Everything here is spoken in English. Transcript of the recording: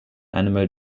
animal